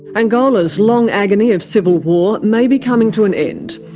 angola's long agony of civil war may be coming to an end.